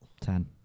Ten